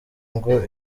ngo